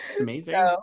amazing